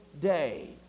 day